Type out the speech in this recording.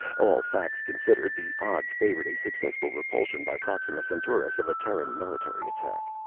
all facts considered, the odds favored a successful repulsion by proxima centaurus of a terran military attack.